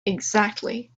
exactly